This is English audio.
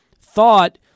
thought